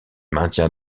maintient